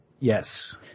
Yes